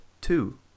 two